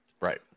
Right